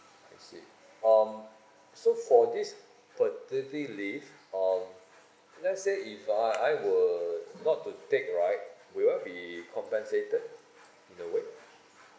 I see um so for this thir~ thirty leave um let's say if uh I were not to take right will I be compensated in a way